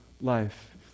life